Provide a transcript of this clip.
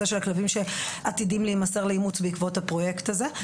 של הכלבים שעתידים להימסר לאימוץ בעקבות הפרויקט הזה.